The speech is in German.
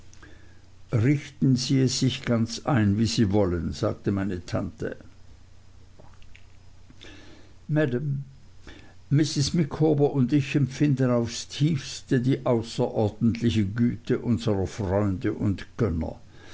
richten sie es sich ganz ein wie sie wollen sir sagte meine tante maam mrs micawber und ich empfinden aufs tiefste die außerordentliche güte unserer freunde und gönner